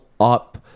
up